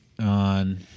on